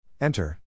Enter